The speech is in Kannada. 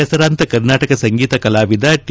ಹೆಸರಾಂತ ಕರ್ನಾಟಕ ಸಂಗೀತ ಕಲಾವಿದ ಟಿ